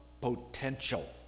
potential